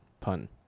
pun